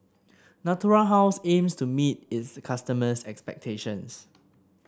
Natura House aims to meet its customers' expectations